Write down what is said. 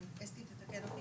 אסתי תתקן אותי,